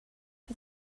for